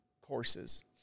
courses